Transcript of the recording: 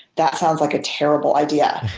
that sounds like a terrible idea.